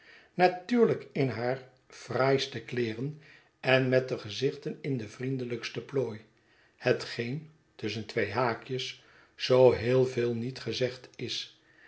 natuurlijk in haar fraaiste kleeren en met de gezichten in de vriendelijkste plooi hetgeen tusschen twee haakjes zoo heel veel nietgezegd is